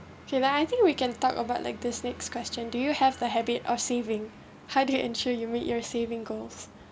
okay lah I think we can talk about like this next question do you have the habit of saving how do you ensure you meet your saving goals